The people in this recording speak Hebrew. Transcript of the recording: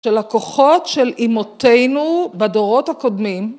של לקוחות של אימותינו בדורות הקודמים.